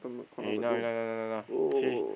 uh enough enough enough enough enough change